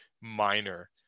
minor